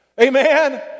Amen